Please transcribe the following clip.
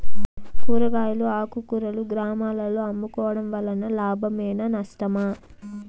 కూరగాయలు ఆకుకూరలు గ్రామాలలో అమ్ముకోవడం వలన లాభమేనా నష్టమా?